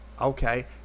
Okay